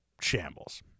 shambles